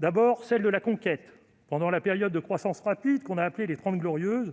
D'abord celle de la conquête. Pendant la période de croissance rapide appelée les Trente Glorieuses,